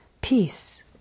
Peace